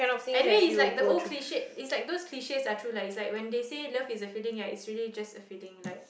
anyway it's like the old cliched it's like those cliches are true lah it's like when they say love is a feeling right it's really just feeling like